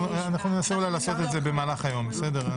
ננסה לעשות את זה במהלך היום, בסדר?